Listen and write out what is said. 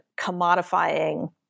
commodifying